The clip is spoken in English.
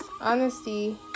Honesty